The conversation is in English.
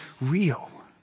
real